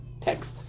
text